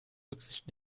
rücksicht